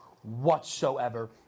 whatsoever